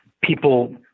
people